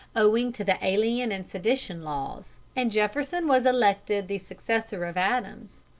owing to the alien and sedition laws, and jefferson was elected the successor of adams,